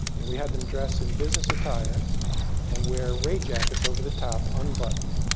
and we had them dress in business attire and wear rain jackets over the top, unbuttoned.